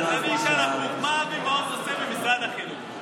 אז אני אשאל הפוך: מה אבי מעוז עושה במשרד החינוך?